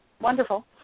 wonderful